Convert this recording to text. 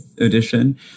edition